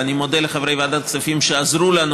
ואני מודה לחברי ועדת הכספים שעזרו לנו